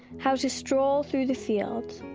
how to stroll through the fields,